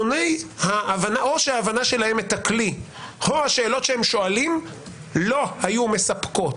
או שההבנה שלהם את הכלי או השאלות שהם שואלים לא היו מספקות.